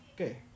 Okay